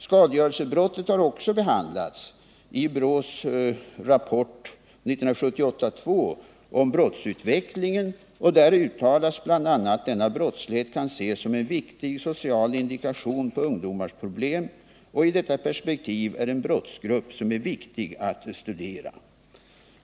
Skadegörelsebrottet behandlades också i BRÅ:s rapport 1978:2 om brottsutvecklingen, och där uttalas bl.a. att denna brottslighet kan ses som en viktig social indikation på ungdomars problem och att den i detta perspektiv är en brottsgrupp som är viktig att studera.